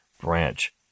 branch